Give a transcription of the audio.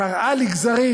קרעה לגזרים